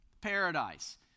paradise